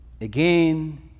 Again